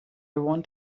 want